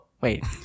wait